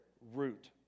root